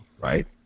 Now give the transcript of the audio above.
right